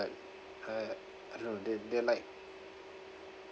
uh I don't know they're they're like